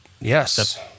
Yes